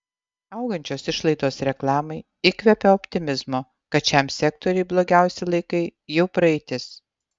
augančios išlaidos reklamai įkvepia optimizmo kad šiam sektoriui blogiausi laikai jau praeitis